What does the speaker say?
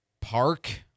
park